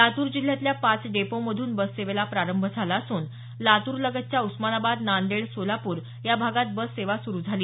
लातूर जिल्ह्यातल्या पाच डेपोमधून बससेवेला प्रारंभ झाला असून लातूर लगतच्या उस्मानाबाद नांदेड सोलापूर या भागात बस सेवा सुरू झाली